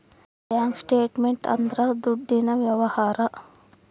bank statement ಅಂದ್ರ ದುಡ್ಡಿನ ವ್ಯವಹಾರ